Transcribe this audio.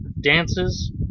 dances